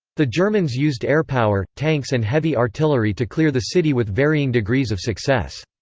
the germans used airpower, tanks and heavy artillery to clear the city with varying degrees of success.